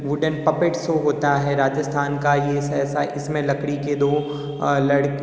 wooden puppet show होता है राजस्थान का ये ऐसा इसमें लकड़ी के दो लड़